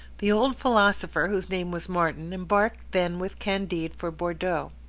the old philosopher, whose name was martin, embarked then with candide for bordeaux.